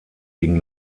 ging